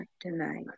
tonight